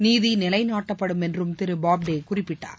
நீதி நிலைநாட்டப்படும் என்றும் திரு போப்டே குறிப்பிட்டார்